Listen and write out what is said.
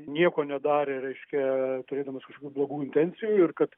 nieko nedarė reiškia turėdamas blogų intencijų ir kad